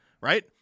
right